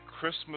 christmas